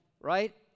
right